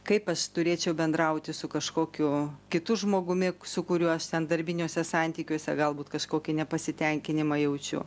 kaip aš turėčiau bendrauti su kažkokiu kitu žmogumi su kuriuo aš ten darbiniuose santykiuose galbūt kažkokį nepasitenkinimą jaučiu